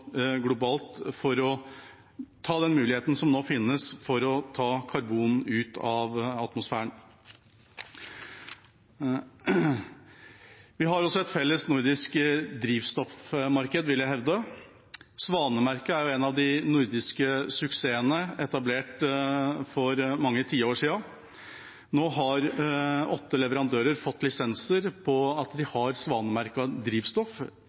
globalt for å ta i bruk den muligheten som nå finnes for å ta karbon ut av atmosfæren. Vi har også et felles nordisk drivstoffmarked, vil jeg hevde. Svanemerket er en av de nordiske suksessene, etablert for mange tiår siden. Nå har åtte leverandører fått lisens på at de har svanemerket drivstoff.